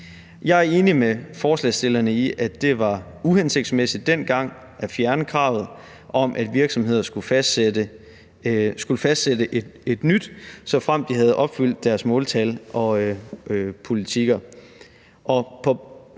Jeg er enig med forslagsstillerne i, at det var uhensigtsmæssigt dengang at fjerne kravet om, at virksomheder skulle fastsætte et nyt måltal, såfremt de havde opfyldt deres måltal og politikker.